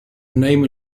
name